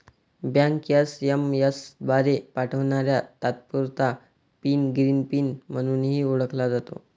bank SMS द्वारे पाठवणारा तात्पुरता पिन ग्रीन पिन म्हणूनही ओळखला जातो